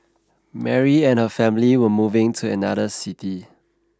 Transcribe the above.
Mary and her family were moving to another city